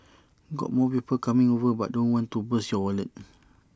got more people coming over but don't want to bust your wallet